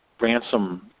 ransom